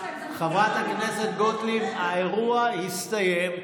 חברת הכנסת גוטליב, האירוע הסתיים.